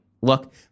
look